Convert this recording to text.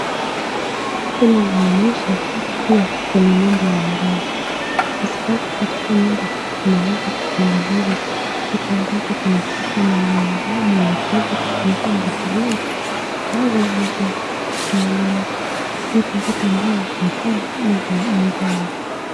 Hili linaonyesha kwamba pia huku ni nyumba ya mganga, kwa sababu katika nyumba hii kumeweza kutengenezwa kitu ambacho kinakaa kama ni mwanadamu na kuweza kufungiwa vitu vingi ambazo ni za kutoeleweka, hizi ni vitu zinakaa ni za mganga.